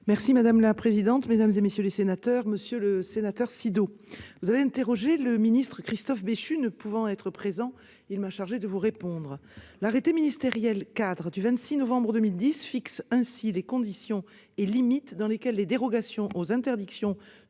terres. La parole est à Mme la ministre déléguée. Monsieur le sénateur Sido, vous avez interrogé le ministre Christophe Béchu, qui, ne pouvant être présent, m'a chargée de vous répondre. L'arrêté ministériel-cadre du 26 novembre 2010 fixe les conditions et limites dans lesquelles les dérogations aux interdictions